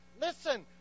Listen